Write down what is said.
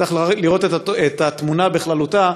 צריך לראות את התמונה בכללותה,